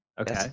Okay